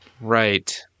Right